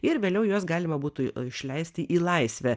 ir vėliau juos galima būtų išleisti į laisvę